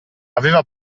aver